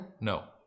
No